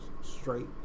straight